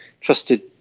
trusted